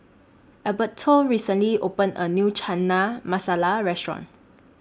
Alberto recently opened A New Chana Masala Restaurant